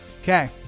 Okay